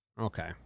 Okay